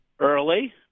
early